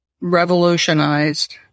revolutionized